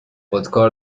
خودکار